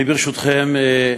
אני, ברשותכם,